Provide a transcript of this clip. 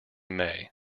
may